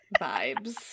vibes